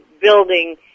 building